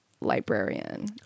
librarian